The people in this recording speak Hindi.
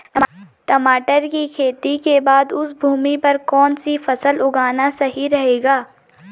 टमाटर की खेती के बाद उस भूमि पर कौन सी फसल उगाना सही रहेगा?